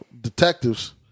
detectives